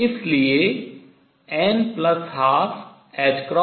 इसलिए n12m0